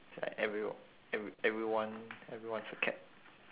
like everyon~ ever~ everyone everyone's a cat